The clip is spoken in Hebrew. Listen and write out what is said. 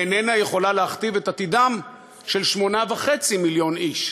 איננה יכולה להכתיב את עתידם של 8.5 מיליון איש.